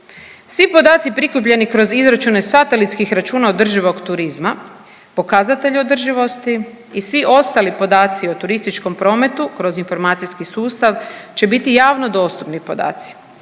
Svi podaci prikupljeni kroz izračune satelitskih računa održivog turizma, pokazatelj održivosti i svi ostali podaci o turističkom prometu kroz informacijski sustav će biti javno dostupni podaci